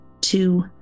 two